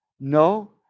No